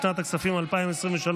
לשנת הכספים 2023,